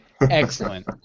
Excellent